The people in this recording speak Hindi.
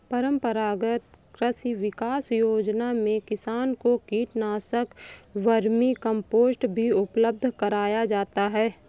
परम्परागत कृषि विकास योजना में किसान को कीटनाशक, वर्मीकम्पोस्ट भी उपलब्ध कराया जाता है